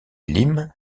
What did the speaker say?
limes